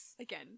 Again